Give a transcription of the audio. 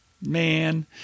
Man